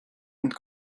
und